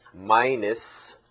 minus